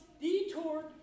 detoured